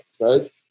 right